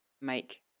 make